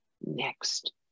next